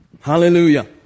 Hallelujah